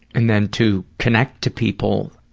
and then to connect to people, ah,